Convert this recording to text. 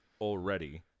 already